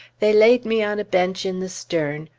they laid me on a bench in the stern,